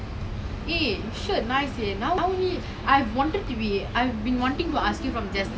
my mother right she looked at me she say she keep telling I தருதலை:tharuthalei ya lah I need to find work lah I mean